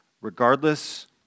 regardless